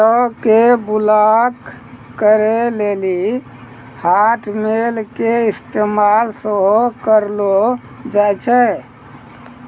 कार्डो के ब्लाक करे लेली हाटमेल के इस्तेमाल सेहो करलो जाय छै